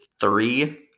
three